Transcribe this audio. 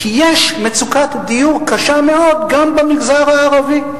זה כי יש מצוקת דיור קשה מאוד גם במגזר הערבי.